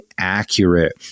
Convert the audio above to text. accurate